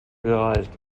gereicht